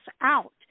out